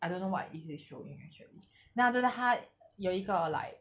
I don't know what it is showing actually then after that 他有一个 like